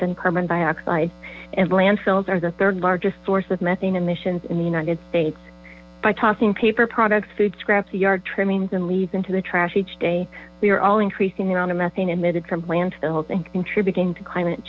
than carbon dioxide as landfills are the third largest source of methane emissions in the united states by tossing paper products food scraps yard trimmings and leaves into the trash each day we are all increasing the amount of methane emitted from landfills and contributing to climate